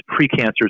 precancers